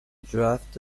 draft